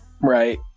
right